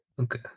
Okay